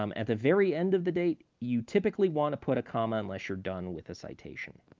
um at the very end of the date, you typically want to put a comma unless you're done with the citation.